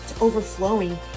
overflowing